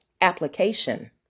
application